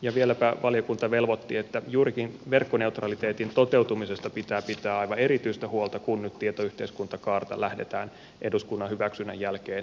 ja valiokunta vieläpä velvoitti että juurikin verkkoneutraliteetin toteutumisesta pitää pitää aivan erityistä huolta kun nyt tietoyhteiskuntakaarta lähdetään eduskunnan hyväksynnän jälkeen toimeenpanemaan